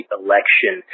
election